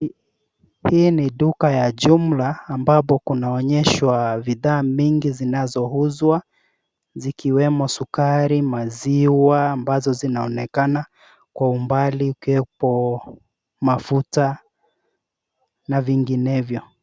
Hii ni duka ya jumla ambapo kumeonyehswa bidhaa mingi zinazouzwa zikiwemo sukari, maziwa ambazo zinaonekana kwa umbali ikiwepo mafuta na vinginevyo.